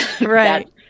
Right